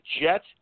Jets